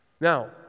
Now